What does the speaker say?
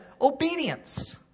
obedience